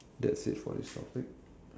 that's it for this topic